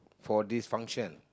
for this function